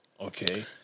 Okay